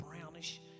brownish